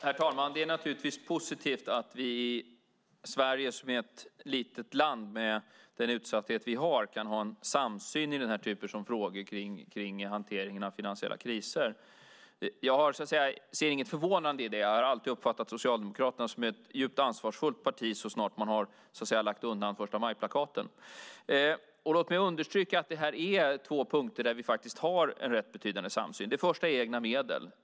Herr talman! Det är naturligtvis positivt att vi i Sverige, som är ett litet land, med den utsatthet som vi har kan ha en samsyn i denna typ av frågor om hanteringen av finansiella kriser. Jag ser inget förvånande i det. Jag har alltid uppfattat Socialdemokraterna som ett djupt ansvarsfullt parti så snart man har lagt undan första maj-plakaten. Låt mig understryka att detta är två punkter där vi faktiskt har en rätt betydande samsyn. För det första gäller det egna medel.